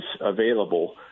available